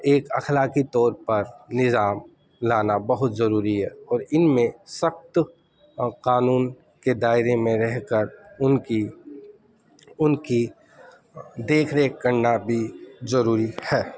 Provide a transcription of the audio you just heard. ایک اخلا قی طور پر نظام لانا بہت ضروری ہے اور ان میں سخت قانون کے دائرے میں رہ کر ان کی ان کی دیکھ ریکھ کرنا بھی ضروری ہے